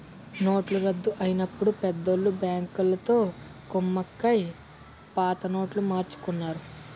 నోట్ల రద్దు అయినప్పుడు పెద్దోళ్ళు బ్యాంకులతో కుమ్మక్కై పాత నోట్లు మార్చుకున్నారు